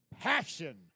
Passion